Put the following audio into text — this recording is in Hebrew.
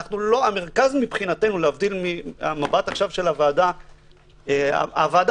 חשבתי להביא את הנושא לדיון כאן בוועדה שהיא הוועדה